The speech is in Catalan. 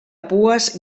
pues